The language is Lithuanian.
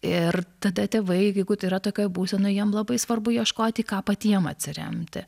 ir tada tėvai jeigu yra tokioj būsenoj jiem labai svarbu ieškot į ką patiem atsiremti